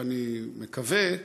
ואני מקווה,